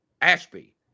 Ashby